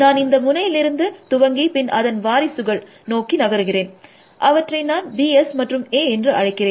நான் இந்த முனையிலிருந்து துவங்கி பின் அதன் வாரிசுகள் நோக்கி நகருகிறேன் அவற்றை நான் B S மற்றும் A என்று அழைக்கிறேன்